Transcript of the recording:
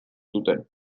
zuten